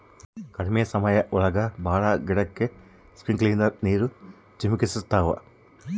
ಕಡ್ಮೆ ಸಮಯ ಒಳಗ ಭಾಳ ಗಿಡಕ್ಕೆ ಸ್ಪ್ರಿಂಕ್ಲರ್ ನೀರ್ ಚಿಮುಕಿಸ್ತವೆ